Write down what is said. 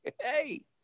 Hey